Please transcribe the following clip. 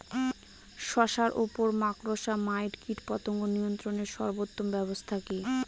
শশার উপর মাকড়সা মাইট কীটপতঙ্গ নিয়ন্ত্রণের সর্বোত্তম ব্যবস্থা কি?